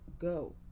go